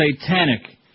satanic